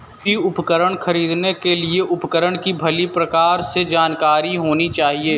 कृषि उपकरण खरीदने के लिए उपकरण की भली प्रकार से जानकारी होनी चाहिए